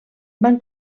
van